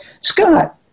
Scott